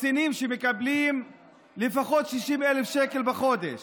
קצינים שמקבלים לפחות 60,000 שקל בחודש.